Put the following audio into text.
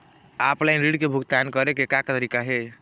Offline ऋण के भुगतान करे के का तरीका हे?